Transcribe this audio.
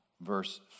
verse